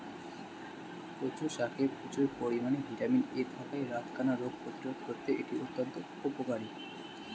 কচু শাকে প্রচুর পরিমাণে ভিটামিন এ থাকায় রাতকানা রোগ প্রতিরোধে করতে এটি অত্যন্ত উপকারী